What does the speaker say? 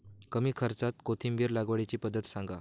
कमी खर्च्यात कोथिंबिर लागवडीची पद्धत सांगा